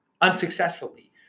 unsuccessfully